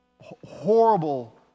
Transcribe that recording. horrible